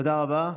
תודה רבה.